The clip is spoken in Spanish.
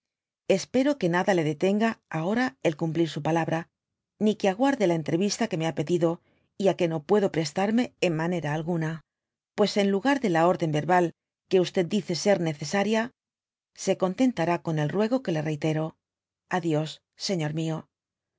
espero que nada le detenga ahora el cumplir su palabra ni que aguarde la entre vista que me ha pedido y á que no puedo prestarme en manera alguna pues en lugar de la orden yerbal que dice ser necesaria se contentará con el ruego que le reitero a dios señor mió